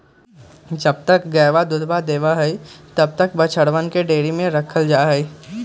जब तक गयवा दूधवा देवा हई तब तक बछड़वन के डेयरी में रखल जाहई